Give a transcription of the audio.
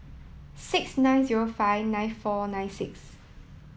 six nine zero five nine four nine six